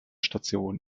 station